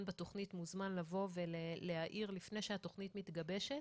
בתכנית מוזמן לבוא ולהעיר לפני שהתכנית מתגבשת.